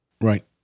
Right